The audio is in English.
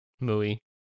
movie